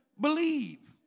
believe